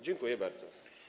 Dziękuję bardzo.